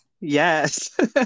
Yes